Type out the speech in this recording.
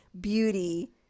beauty